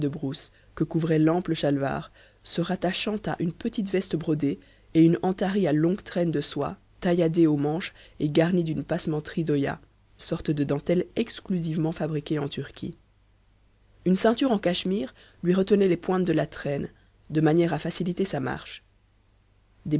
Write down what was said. que recouvrait l'ample chalwar se rattachant à une petite veste brodée et une entari à longue traîne de soie tailladée aux manches et garnie d'une passementerie d'oya sorte de dentelle exclusivement fabriquée en turquie une ceinture en cachemire lui retenait les pointes de la traîne de manière à faciliter sa marche